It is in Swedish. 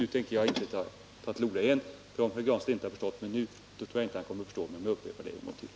Nu tänker jag inte ta till orda igen, för om herr Granstedt inte förstått mig nu tror jag inte han kommer att förstå mig om jag upprepar det hela en gång till.